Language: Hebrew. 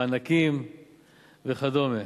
מענקים וכדומה.